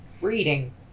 Reading